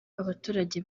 abaturage